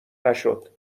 نشد